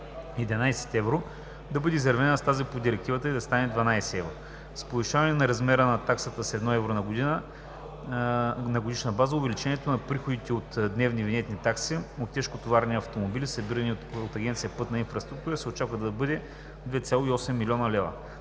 11 евро, да бъде изравнена с тази по Директивата и да стане 12 евро. С повишаване на размера на таксата с 1 евро на годишна база увеличението на приходите от дневни винетни такси от тежкотоварните автомобили, събирани от Агенция „Пътна инфраструктура”, се очаква да бъде над 2,8 млн. лева.